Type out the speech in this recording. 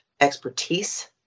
expertise